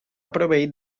proveït